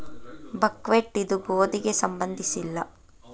buckwheat ಇದು ಗೋಧಿಗೆ ಸಂಬಂಧಿಸಿಲ್ಲ